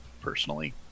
personally